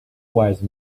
wise